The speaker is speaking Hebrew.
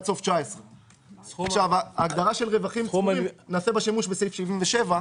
סוף שנת 2019". בהגדרה "רווחים צבורים" נעשה שימוש בסעיף 77,